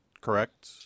correct